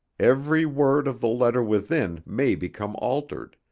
every word of the letter within may become altered,